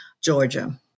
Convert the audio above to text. Georgia